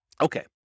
Okay